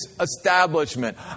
establishment